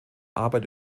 arbeit